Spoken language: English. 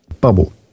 bubble